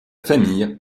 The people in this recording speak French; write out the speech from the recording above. famille